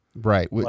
Right